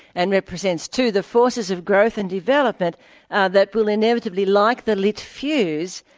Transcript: and represents too the forces of growth and development that will inevitably, like the lit fuse,